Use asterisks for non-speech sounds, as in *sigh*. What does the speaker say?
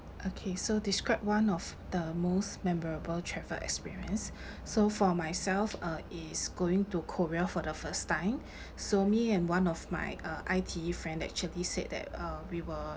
okay so describe one of the most memorable travel experience *breath* so for myself uh it's going to korea for the first time *breath* so me and one of my uh I_T_E friend actually said that uh we will